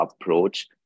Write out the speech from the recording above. approach